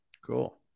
Cool